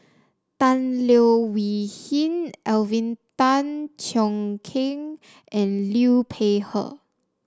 Tan Leo Wee Hin Alvin Tan Cheong Kheng and Liu Peihe